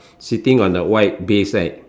sitting on the white base right